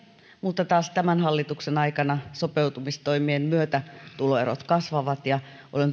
mutta taas tämän hallituksen aikana sopeutumistoimien myötä tuloerot kasvavat olen